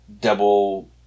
double